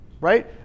Right